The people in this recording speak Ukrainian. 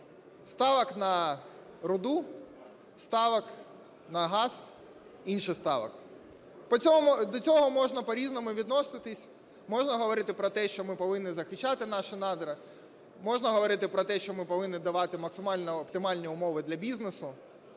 ставок на руду, ставок на газ, інших ставок. До цього можна по-різному відноситися, можна говорити про те, що ми повинні захищати наші надра, можна говорити про те, що ми повинні давати максимально оптимальні умови для бізнесу,